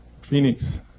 Phoenix